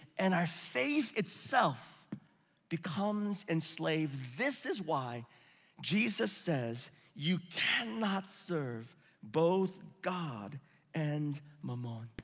and our faith itself becomes enslaved. this is why jesus says you can not serve both god and mammon.